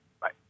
Bye